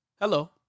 Hello